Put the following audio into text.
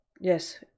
yes